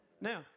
Now